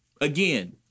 Again